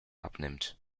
abnimmt